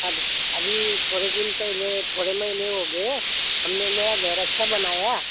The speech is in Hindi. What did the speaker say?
अब अभी थोड़े दिन पहिले थोड़े महीने हो गए हे हम ने नया घर अच्छा बनाया